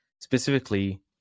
specifically